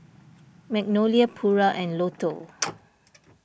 Magnolia Pura and Lotto